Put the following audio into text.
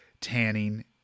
tanning